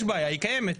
יש בעיה, היא קיימת,